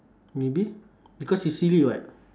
maybe because it's silly [what]